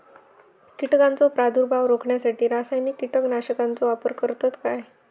कीटकांचो प्रादुर्भाव रोखण्यासाठी रासायनिक कीटकनाशकाचो वापर करतत काय?